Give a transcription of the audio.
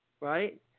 Right